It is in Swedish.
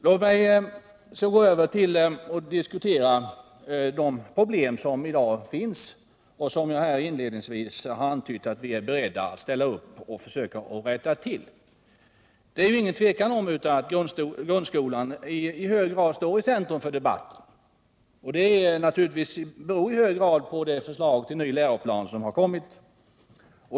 Låt mig sedan övergå till att diskutera de problem som i dag finns och som jag inledningsvis antydde att vi är beredda att ställa upp och försöka rätta till. Det råder inget tvivel om att grundskolan i hög grad står i centrum för debatten. Naturligtvis beror detta på det förslag till ny läroplan som kommit.